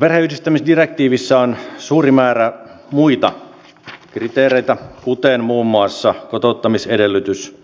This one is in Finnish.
perheenyhdistämisdirektiivissä on suuri määrä muita kriteereitä kuten muun muassa kotouttamisedellytys